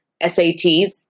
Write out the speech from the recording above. SATs